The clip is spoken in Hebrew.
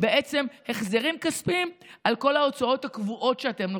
החזרים כספיים על כל ההוצאות הקבועות שאתם נותנים.